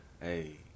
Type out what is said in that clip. Hey